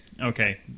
Okay